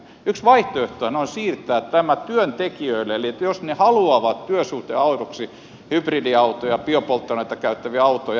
yksi vaihtoehtohan on siirtää tämä työntekijöille eli jos he haluavat työsuhdeautoksi hybridiautoja ja biopolttoainetta käyttäviä autoja ne saisi alemmalla verotasolla